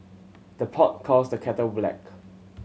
the pot calls the kettle black